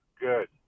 Good